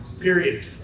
period